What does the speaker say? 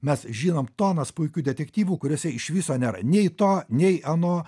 mes žinom tonas puikių detektyvų kuriuose iš viso nėra nei to nei ano